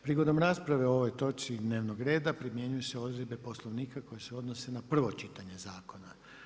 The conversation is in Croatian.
Prigodom rasprave o ovoj točci dnevnog reda primjenjuju se odredbe Poslovnika koje se odnose na prvo čitanje zakona.